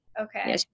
Okay